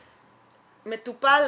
מטופל,